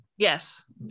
Yes